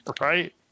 Right